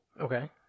Okay